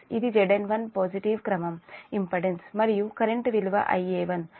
ఇది Z1 positive క్రమం impedance మరియు కరెంట్ విలువ Ia1